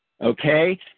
okay